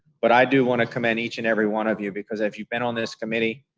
but i do want to commend each and every one of you because if you've been on this committee,